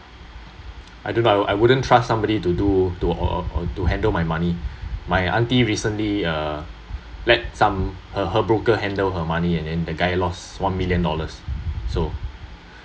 I don’t know I I wouldn’t trust somebody to do to uh to handle my money my aunty recently uh let some her her broker handle her money and then the guy lost one million dollars so